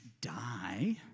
die